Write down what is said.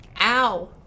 Ow